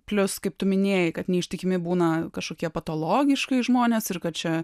plius kaip tu minėjai kad neištikimi būna kažkokie patologiškai žmonės ir kad čia